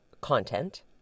content